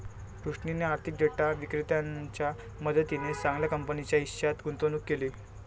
रोशनीने आर्थिक डेटा विक्रेत्याच्या मदतीने चांगल्या कंपनीच्या हिश्श्यात गुंतवणूक केली